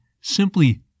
simply